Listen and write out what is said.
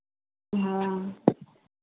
हाँ